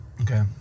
Okay